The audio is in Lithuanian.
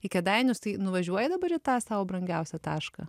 į kėdainius tai nuvažiuoji dabar į tą savo brangiausią tašką